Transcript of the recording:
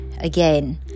again